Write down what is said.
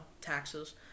taxes